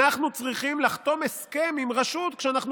אנחנו צריכים לחתום הסכם עם רשות כשאנחנו